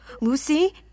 Lucy